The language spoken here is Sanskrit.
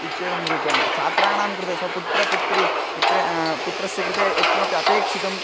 इत्येवं रूपेण छात्राणां कृते स्वपुत्रपुत्री पुत्र पुत्रस्य कृते यत्किमपि अपेक्षितं